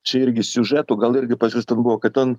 čia irgi siužetų gal irgi pas jus ten buvo kad ten